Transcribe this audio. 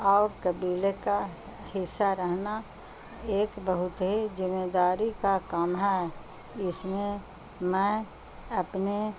اور قبیلے کا حصہ رہنا ایک بہت ہی ذمہ داری کا کام ہے اس میں میں اپنے